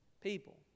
people